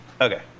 Okay